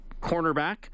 cornerback